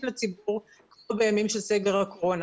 לציבור כמו בימים של סגר הקורונה.